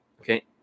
okay